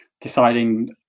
deciding